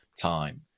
time